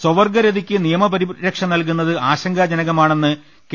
സ്വവർഗ്ഗരതിയ്ക്ക് നിയമ പരിരക്ഷ നൽകുന്നത് ആശങ്കാ ജനകമാണെന്ന് കെ